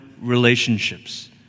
relationships